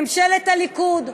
ממשלת הליכוד,